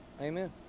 Amen